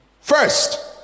First